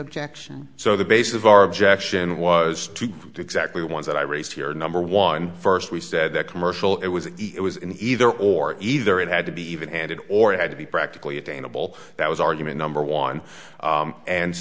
objection so the basis of our objection was to exactly ones that i raised here number one first we said that commercial it was it was in either or either it had to be evenhanded or it had to be practically attainable that was argument number one